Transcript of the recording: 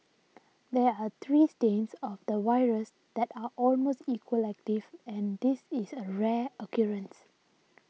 there are three strains of the virus that are almost equally active and this is a rare occurrence